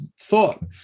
thought